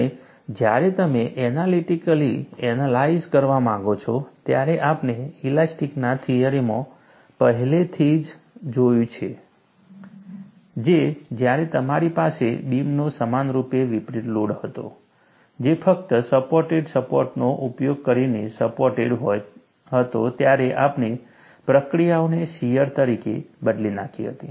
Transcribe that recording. અને જ્યારે તમે એનાલિટિકલી એનાલાઈજ કરવા માંગો છો ત્યારે આપણે ઇલાસ્ટિકતાના થિયરીમાં પહેલેથી જ જોયું છે જે જ્યારે તમારી પાસે બીમનો સમાનરૂપે વિતરિત લોડ હતો જે ફક્ત સપોર્ટેડ સપોર્ટ્સનો ઉપયોગ કરીને સપોર્ટેડ હતો ત્યારે આપણે પ્રતિક્રિયાઓને શિયર તરીકે બદલી નાખી હતી